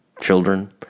children